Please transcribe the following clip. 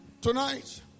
Tonight